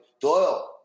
Doyle